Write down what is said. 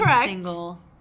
single